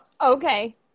okay